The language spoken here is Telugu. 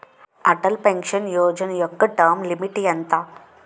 అటల్ పెన్షన్ యోజన యెక్క టర్మ్ లిమిట్ ఎంత?